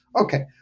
Okay